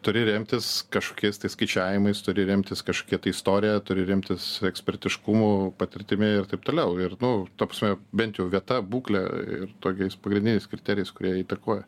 turi remtis kažkokiais skaičiavimais turi remtis kažkokia tai istorija turi remtis ekspertiškumu patirtimi ir taip toliau ir nu ta prasme bent jau vieta būkle ir tokiais pagrindiniais kriterijais kurie įtakoja